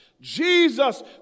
Jesus